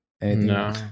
No